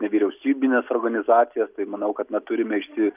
nevyriausybines organizacijas tai manau kad na turime išsi